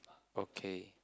okay